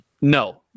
No